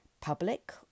public